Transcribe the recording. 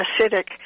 acidic